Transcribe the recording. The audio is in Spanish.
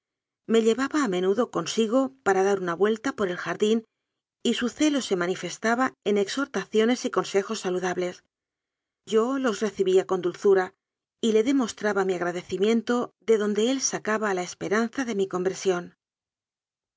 me llevaba a menudo consigo para dar una vuelta por el jardín y su celo se mani festaba en exhortaciones y consejos saludables yo los recibía con dulzura y le demostraba mi agra decimiento de donde él sacaba la esperanza de mi conversión